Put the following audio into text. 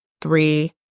three